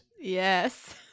Yes